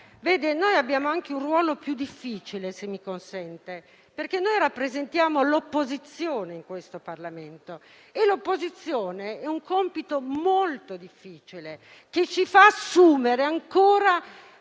Noi abbiamo un ruolo anche più difficile, se mi consente, perché noi rappresentiamo l'opposizione in questo Parlamento, ed essere opposizione è un compito molto difficile che ci fa assumere ancora